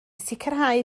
sicrhau